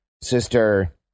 sister